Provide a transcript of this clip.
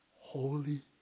holy